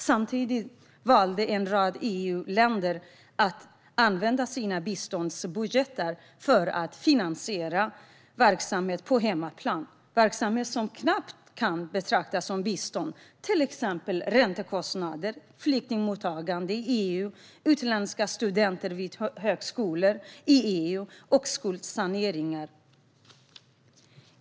Samtidigt valde en rad EU-länder att använda sina biståndsbudgetar för att finansiera verksamhet på hemmaplan som knappast kan betraktas som bistånd, till exempel räntekostnader, flyktingmottagande i EU, utländska studenter vid högskolor i EU och skuldsaneringar.